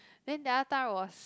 then the other time was